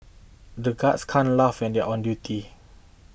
the guards can't laugh when they on duty